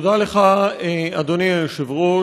תודה לך, אדוני היושב-ראש,